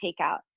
takeout